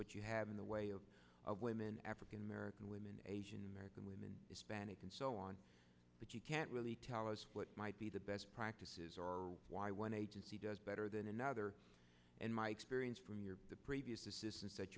what you have in the way of of women african american women asian american women hispanics and so on but you can't really tell us what might be the best practices or why one agency does better than another and my experience from your previous assistan